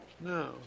No